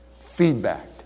feedback